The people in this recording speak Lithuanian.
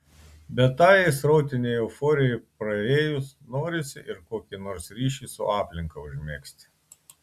bet tajai srautinei euforijai praėjus norisi ir kokį nors ryšį su aplinka užmegzti